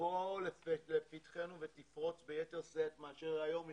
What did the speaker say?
תבוא לפתחנו ותפרוץ ביתר שאת מאשר היום,